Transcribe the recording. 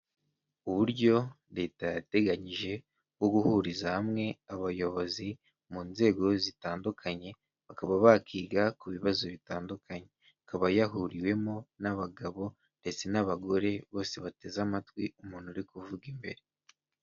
Uburyo leta yateganyije bwo guhuriza hamwe abayobozi mu nzego zitandukanye, bakaba bakiga ku bibazo bitandukanye. Ikaba yahuriwemo n'abagabo ndetse n'abagore, bose bateze amatwi umuntu uri kuvuga imbere.